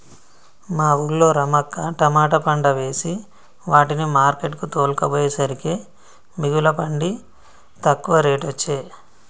మా వూళ్ళో రమక్క తమాట పంట వేసే వాటిని మార్కెట్ కు తోల్కపోయేసరికే మిగుల పండి తక్కువ రేటొచ్చె